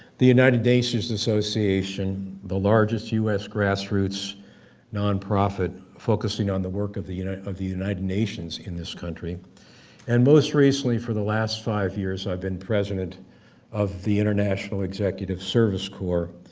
the united nations association, the largest us grassroots non-profit, focusing on the work of the you know of the united nations in this country and most recently for the last five years i've been president of the international executive service core,